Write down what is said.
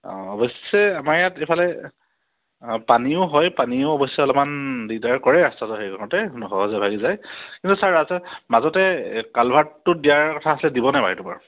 অঁ অৱশ্যে আমাৰ ইয়াত এইফালে পানীও হয় পানীও অৱশ্যে অলপমান দিগদাৰ কৰে ৰাস্তাতো হেৰি হওতে পানীও যায় কিন্তু ছাৰ মাজতে কালভাৰাতো দিয়াৰ কথা আছিলে দিব নাই বাৰু সেইটো বাৰু